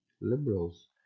liberals